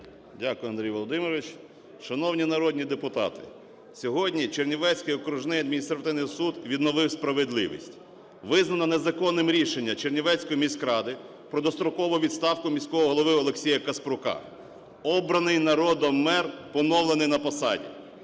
Дякую, Андрій Володимирович. Шановні народні депутати, сьогодні Чернівецький окружний адміністративний суд відновив справедливість: визнано незаконним рішення Чернівецької міськради про дострокову відставку міського голови Олексія Каспрука. Обраний народом мер поновлений на посаді.